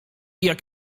jak